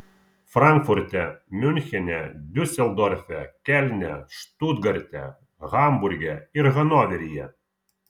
frankfurte miunchene diuseldorfe kelne štutgarte hamburge ir hanoveryje